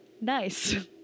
nice